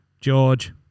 George